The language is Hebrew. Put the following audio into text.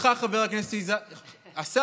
אותך חבר הכנסת השר